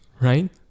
right